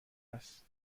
است